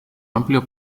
amplio